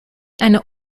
eine